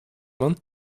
man